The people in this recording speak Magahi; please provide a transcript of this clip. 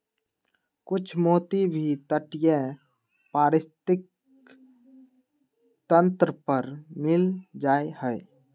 कुछ मोती भी तटीय पारिस्थितिक तंत्र पर मिल जा हई